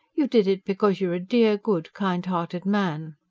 you did it because you're a dear, good, kind-hearted man.